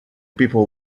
people